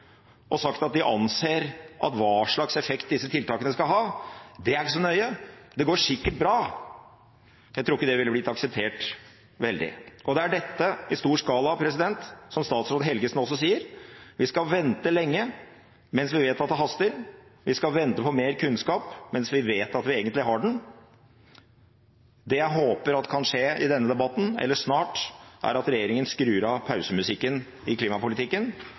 og sagt at de anser at hva slags effekt disse tiltakene skal ha, det er ikke så nøye, det går sikkert bra. Jeg tror ikke det ville blitt akseptert i veldig stor grad. Det er dette i stor skala som statsråd Helgesen også sier: Vi skal vente lenge, mens vi vet at det haster, vi skal vente på mer kunnskap, mens vi vet at vi egentlig har den. Det jeg håper kan skje i denne debatten eller snart, er at regjeringen skrur av pausemusikken i klimapolitikken